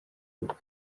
ubukwe